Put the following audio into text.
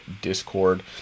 Discord